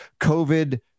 COVID